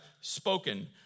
spoken